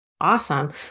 Awesome